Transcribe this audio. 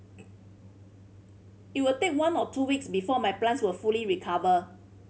it will take one or two weeks before my plants will fully recover